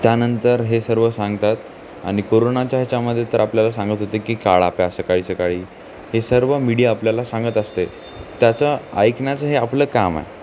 त्यानंतर हे सर्व सांगतात आणि कोरोनाच्या याच्यामध्ये तर आपल्याला सांगत होते की काळाप्या सकाळी सकाळी हे सर्व मीडिया आपल्याला सांगत असते त्याचं ऐकणचं हे आपलं काम आहे